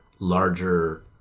larger